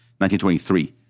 1923